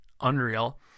Unreal